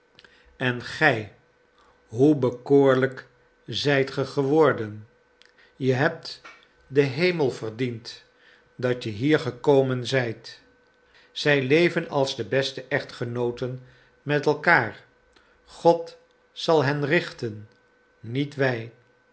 en gij hoe bekoorlijk zijt ge geworden je hebt den hemel verdiend dat je hier gekomen zijt zij leven als de beste echtgenooten met elkaar god zal hen richten niet wij